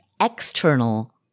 external